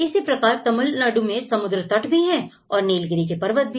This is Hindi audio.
इसी प्रकार तमिलनाडु में समुद्र तट भी है और नीलगिरी के पर्वत भी